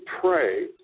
pray